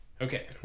Okay